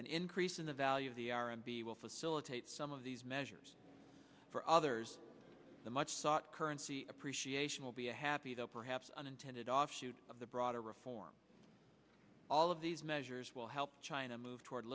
an increase in the value of the r and b will facilitate some of these measures for others the much sought currency appreciation will be a happy though perhaps unintended offshoot of the broader reform all of these measures will help china move toward